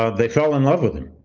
ah they fell in love with him,